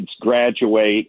graduate